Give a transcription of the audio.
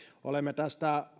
olemme tästä